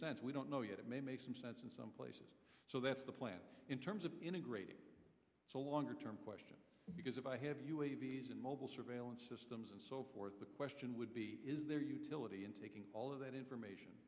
sense we don't know yet it may make some sense in some places so that's the plan in terms of integrating a longer term question because if i have you a visa mobile surveillance systems and so forth the question would be is there utility in taking all of that information